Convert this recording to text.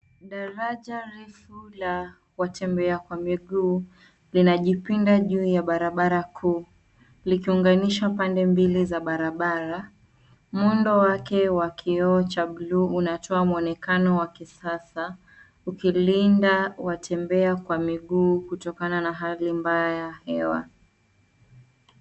Daraja refu la watembea kwa miguu, linajipinda juu ya barabara kuu likiunganisha pande mbili za barabara. Muundo wake wa kioo cha bluu unatoa mwonekano wa kisasa, ukilinda watembea kwa miguu kutokana na hali mbaya ya hewa.